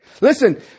Listen